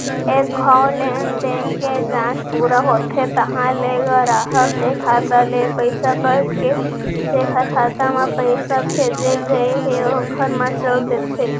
एक घौं लेनदेन के जांच पूरा होथे तहॉं ले गराहक के खाता ले पइसा कट के जेकर खाता म पइसा भेजे गए हे ओकर म चल देथे